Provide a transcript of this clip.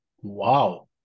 Wow